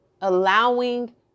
allowing